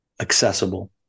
accessible